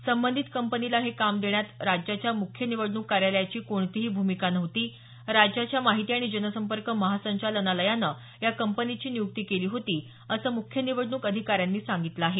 संबंधित कंपनीला हे काम देण्यात राज्याच्या मुख्य निवडणूक कार्यालयाची कोणतीही भूमिका नव्हती राज्याच्या माहिती आणि जनसंपर्क महासंचालनालयानं या कंपनीची नियुक्ती केली होती असं मुख्य निवडणूक अधिकाऱ्यांनी सांगितलं आहे